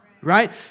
right